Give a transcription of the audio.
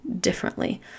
differently